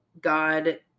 God